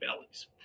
bellies